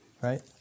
right